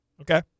Okay